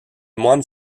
moines